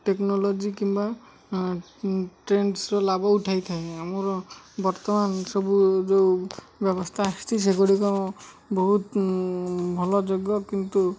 technology କିମ୍ବା ଟ୍ରେଣ୍ଡସର ଲାଭ ଉଠାଇ ଥାଏ ଆମର ବର୍ତ୍ତମାନ ସବୁ ଯେଉଁ ବ୍ୟବସ୍ଥା ଆସିଛି ସେଗୁଡ଼ିକ ବହୁତ ଭଲ ଯୋଗ୍ୟ କିନ୍ତୁ